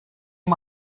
amb